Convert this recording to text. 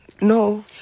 no